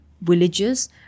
villages